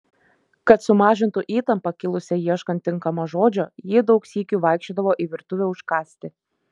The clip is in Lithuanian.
kad sumažintų įtampą kilusią ieškant tinkamo žodžio ji daug sykių vaikščiodavo į virtuvę užkąsti